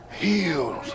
healed